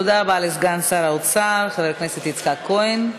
תודה רבה לסגן שר האוצר חבר הכנסת יצחק כהן.